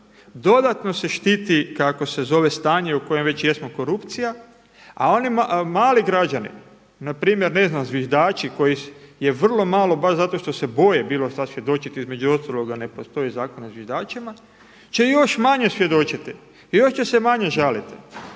dodatno se štititi kako se zove stanje u kojem već jesmo korupcija, a oni mali građani, na primjer ne znam zviždači kojih je vrlo malo baš zato što se boje bilo šta svjedočiti između ostaloga ne postoji Zakon o zviždačima će još manje svjedočiti. I još će se manje žaliti.